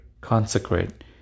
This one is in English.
consecrate